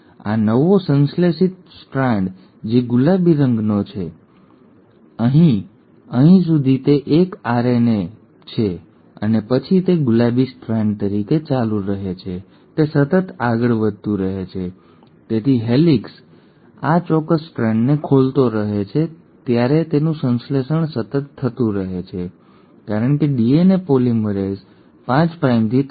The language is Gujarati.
હવે આ નવો સંશ્લેષિત સ્ટ્રાન્ડ જે ગુલાબી રંગનો છે આ એક બરાબર અહીં સુધી તે એક આરએનએ છે અને પછી તે ગુલાબી સ્ટ્રાન્ડ તરીકે ચાલુ રહે છે તે સતત આગળ વધતું રહે છે તેથી હેલિકેસ આ ચોક્કસ સ્ટ્રાન્ડને ખોલતો રહે છે ત્યારે તેનું સંશ્લેષણ સતત થતું રહે છે કારણ કે ડીએનએ પોલિમરેઝ 5 પ્રાઇમથી 3 પ્રાઇમ દિશામાં કામ કરે છે અને એક પ્રાઇમર વિસ્તરણ ચાલુ રાખવા માટે પૂરતું છે